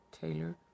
Taylor